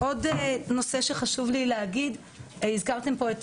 עוד נושא שחשוב לי להגיד: הזכרתם פה את